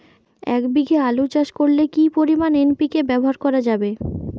এক বিঘে আলু চাষ করলে কি পরিমাণ এন.পি.কে ব্যবহার করা যাবে?